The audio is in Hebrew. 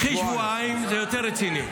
קחי שבועיים, זה יותר רציני.